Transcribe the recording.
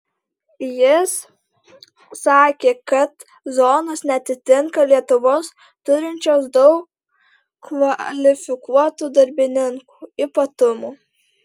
jis sakė kad zonos neatitinka lietuvos turinčios daug kvalifikuotų darbininkų ypatumų